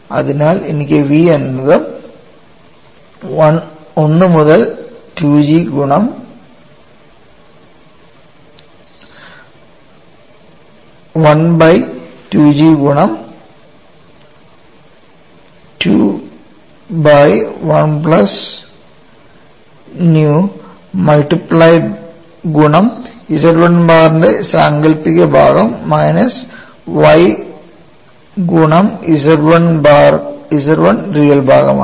അതിനാൽ എനിക്ക് v എന്നത് 1 ബൈ 2 G ഗുണം 2 ബൈ 1 പ്ലസ് ന്യൂ ഗുണം Z1 ബാർ ന്റെ സാങ്കല്പിക ഭാഗം മൈനസ് y ഗുണം Z1 റിയൽ ഭാഗമാണ്